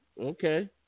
Okay